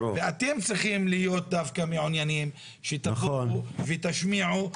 ואתם צריכים להיות מעוניינים שיבואו וישמיעו,